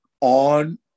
on